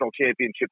championship